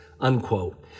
unquote